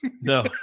No